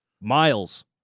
Miles